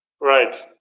Right